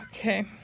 Okay